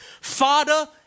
Father